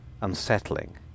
unsettling